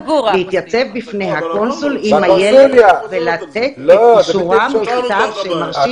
להתייצב בפני הקונסול עם הילד ולתת את אישורם בכתב שהם מרשים